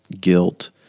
guilt